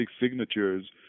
signatures